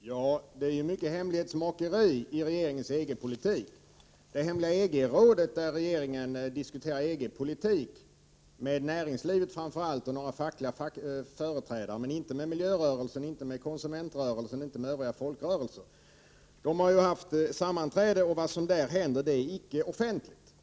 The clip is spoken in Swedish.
Herr talman! Det är mycket hemlighetsmakeri i regeringens EG-politik. I det hemliga EG-rådet diskuterar regeringen EG-politik med framför allt representanter för näringslivet och några fackliga företrädare men inte med företrädare för miljörörelsen, konsumentrörelsen och övriga folkrörelser. EG-rådet har haft sammanträde, men vad som där hände är icke offentligt.